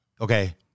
Okay